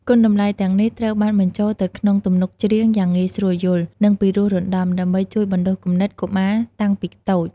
គុណតម្លៃទាំងនេះត្រូវបានបញ្ចូលទៅក្នុងទំនុកច្រៀងយ៉ាងងាយស្រួលយល់ និងពិរោះរណ្ដំ ដើម្បីជួយបណ្ដុះគំនិតកុមារតាំងពីតូច។